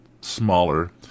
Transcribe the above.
smaller